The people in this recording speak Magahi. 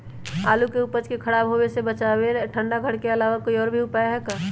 आलू के उपज के खराब होवे से बचाबे ठंडा घर के अलावा कोई और भी उपाय है का?